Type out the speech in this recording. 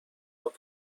راه